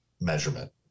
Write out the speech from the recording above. measurement